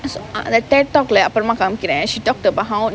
the TED talk lah அப்புறமா காமிக்குறேன்:appuramaa kaamikkuraen she talked about how